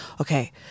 okay